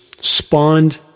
spawned